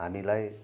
हामीलाई